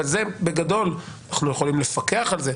אנחנו יכולים לפקח על זה.